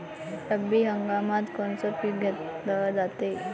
रब्बी हंगामात कोनचं पिक घेतलं जाते?